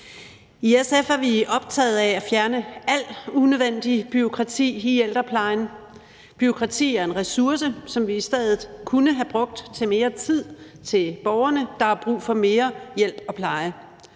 I SF er vi optaget af at fjerne alt unødvendigt bureaukrati i ældreplejen. Bureaukrati er en ressource, som vi i stedet kunne have brugt til mere tid til borgere, der har brug for mere hjælp og pleje.